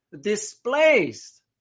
displaced